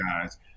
guys